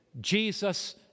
Jesus